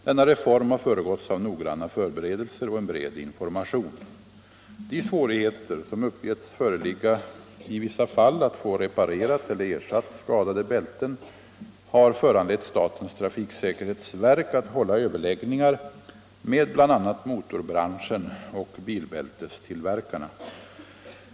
Denna reform har föregåtts av noggranna förberedelser och en bred information. De svårigheter som uppgetts föreligga i vissa fall att få reparerat eller ersatt skadat bälte har föranlett statens trafiksäkerhetsverk att hålla överläggningar med bl.a. motorbranschen och bilbältestillverkarna.